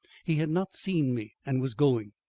he had not seen me and was going.